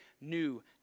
new